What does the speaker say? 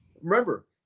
remember